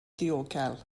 ddiogel